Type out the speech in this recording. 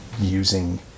using